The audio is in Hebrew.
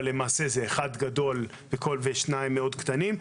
אבל למעשה זה אחד גדול ושניים מאוד קטנים.